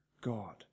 God